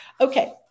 Okay